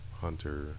Hunter